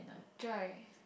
dry